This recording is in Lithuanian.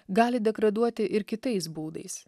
gali degraduoti ir kitais būdais